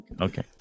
Okay